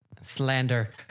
slander